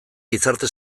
gizarte